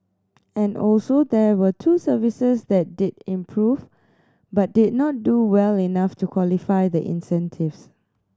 and also there were two services that did improve but did not do well enough to qualify the incentives